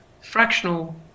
fractional